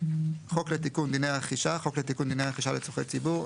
"חוק לתיקון דיני הרכישה" חוק לתיקון דיני הרכישה לצרכי ציבור,